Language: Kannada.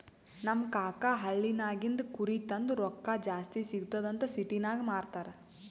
ನಮ್ ಕಾಕಾ ಹಳ್ಳಿನಾಗಿಂದ್ ಕುರಿ ತಂದು ರೊಕ್ಕಾ ಜಾಸ್ತಿ ಸಿಗ್ತುದ್ ಅಂತ್ ಸಿಟಿನಾಗ್ ಮಾರ್ತಾರ್